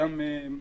וגם